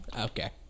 Okay